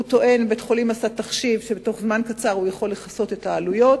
בית-החולים עשה תחשיב שבתוך זמן קצר הוא יכול לכסות את העלויות,